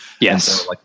Yes